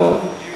בוא,